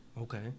Okay